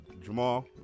Jamal